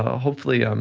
ah hopefully, um